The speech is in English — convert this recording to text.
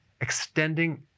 extending